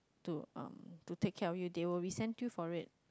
to um to take care of you they will resent you for it